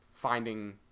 finding